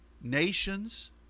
nations